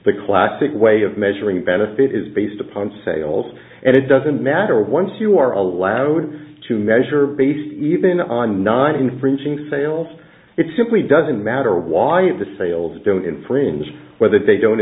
the classic way of measuring benefit is based upon sales and it doesn't matter once you are allowed to measure based even on nine infringing sales it simply doesn't matter why the sales don't infringe whether they don't